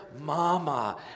mama